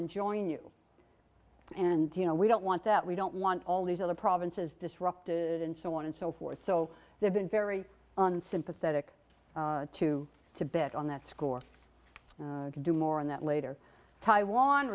and join you and you know we don't want that we don't want all these other provinces disrupted and so on and so forth so they've been very sympathetic to tibet on that score to do more on that later taiwan